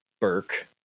Burke